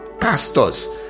pastors